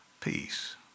Peace